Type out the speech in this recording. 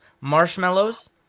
Marshmallows